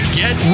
get